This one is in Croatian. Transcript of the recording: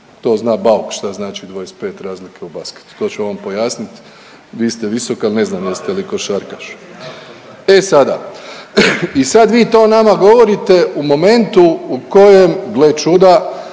to zna Bauk šta znači 25 razlike u basketu, to će on pojasnit, vi ste visok, ali ne znam jeste li košarkaš. E sada, i sad vi to nama govorite u momentu u kojem gle čuda